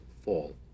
fall